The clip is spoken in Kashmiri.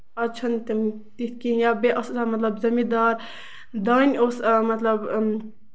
آز چھُنہٕ تِم تِتھۍ کیٚنہہ یا بیٚیہِ اوس آسان مطلب زٔمیٖندار دانہِ اوس مطلب